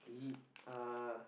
l~ uh